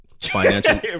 financial